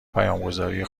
پیامگذاری